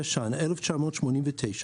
התש"ן-1989,